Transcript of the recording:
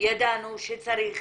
ידענו שצריך